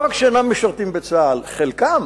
לא רק שאינם משרתים בצה"ל, חלקם